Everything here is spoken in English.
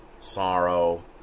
sorrow